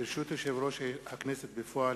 ברשות יושב-ראש הכנסת בפועל,